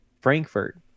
Frankfurt